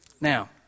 Now